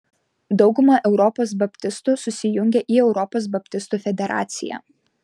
dauguma europos baptistų susijungę į europos baptistų federaciją